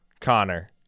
Connor